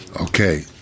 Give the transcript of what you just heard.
Okay